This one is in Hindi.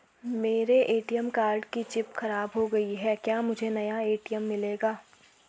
मेरे ए.टी.एम कार्ड की चिप खराब हो गयी है क्या मुझे नया ए.टी.एम मिलेगा?